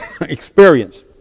experience